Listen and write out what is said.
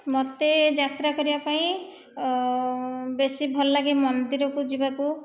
ମୋତେ ଯାତ୍ରା କରିବା ପାଇଁ ବେଶୀ ଭଲଲାଗେ ମନ୍ଦିରକୁ ଯିବାକୁ